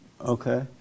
Okay